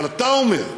אבל אתה אומר: